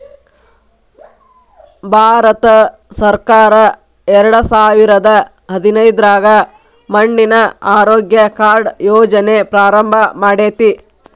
ಭಾರತಸರ್ಕಾರ ಎರಡಸಾವಿರದ ಹದಿನೈದ್ರಾಗ ಮಣ್ಣಿನ ಆರೋಗ್ಯ ಕಾರ್ಡ್ ಯೋಜನೆ ಪ್ರಾರಂಭ ಮಾಡೇತಿ